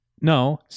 No